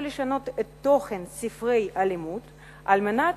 ולשנות את תוכן ספרי הלימוד על מנת